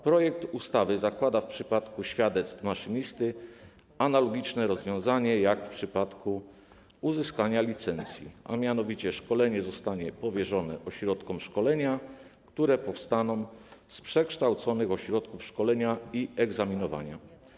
Projekt ustawy zakłada w przypadku świadectw maszynisty analogiczne rozwiązanie jak w przypadku uzyskania licencji, a mianowicie szkolenie zostanie powierzone ośrodkom szkolenia, które powstaną z przekształconych ośrodków szkolenia i egzaminowania.